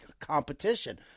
competition